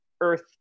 earth